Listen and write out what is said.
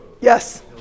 Yes